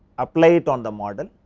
apply to on the model